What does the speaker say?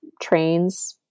trains